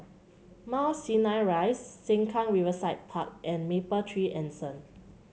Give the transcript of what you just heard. Mount Sinai Rise Sengkang Riverside Park and Mapletree Anson